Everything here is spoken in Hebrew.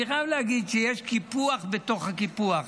אני חייב להגיד שיש קיפוח בתוך הקיפוח,